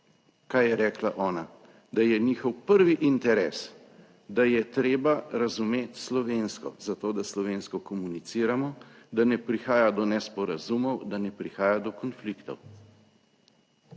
kaj je rekla ona, da je njihov prvi interes, da je treba razumeti slovensko za to, da slovensko komuniciramo, da ne prihaja do nesporazumov, da ne prihaja do konfliktov.